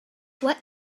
what